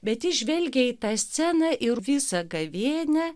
bet jis žvelgia į tą sceną ir visą gavėnią